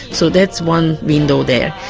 so that's one window there.